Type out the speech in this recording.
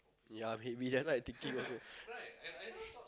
ya I'm heavyt that's why I'm thinking also